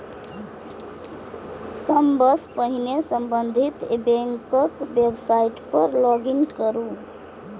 सबसं पहिने संबंधित बैंकक वेबसाइट पर लॉग इन करू